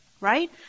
right